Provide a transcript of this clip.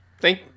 Thank